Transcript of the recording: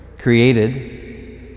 created